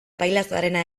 pailazoarena